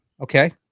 okay